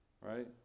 Right